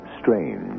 strange